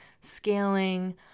scaling